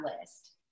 list